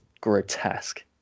grotesque